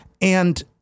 And-